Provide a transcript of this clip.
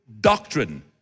doctrine